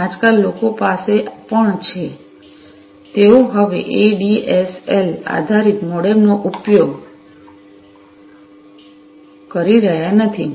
આજકાલ લોકો પાસે પણ છે તેઓ હવે એડીએસએલ આધારિત મોડેમનો ઉપયોગ કરી રહ્યાં નથી